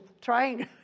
trying